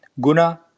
Guna